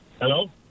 Hello